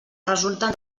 resulten